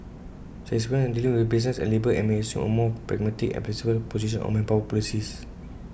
she has experience dealing with business and labour and may assume A more pragmatic and flexible position on manpower policies